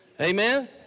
Amen